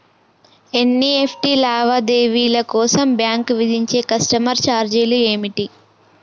NEFT లావాదేవీల కోసం bank విధించే కస్టమర్ ఛార్జీలు ఏమిటి?